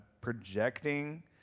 projecting